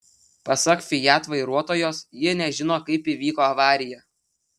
pasak fiat vairuotojos ji nežino kaip įvyko avarija